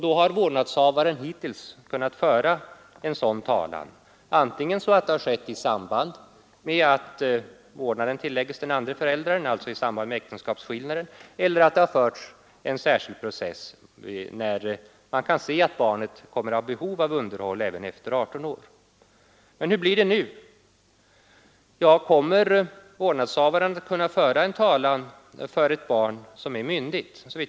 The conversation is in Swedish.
Då har vårdnadshavaren hittills kunnat föra en sådan talan, antingen så, att det har skett i samband med att vårdnaden tillägges den andra föräldern, alltså i samband med äktenskapskillnaden, eller så, att det har förts en särskild process när man kan se att barnet kommer att ha behov av underhåll även efter fyllda 18 år. Hur blir det nu? Kommer vårdnadshavaren att kunna föra talan för ett barn som blivit myndigt?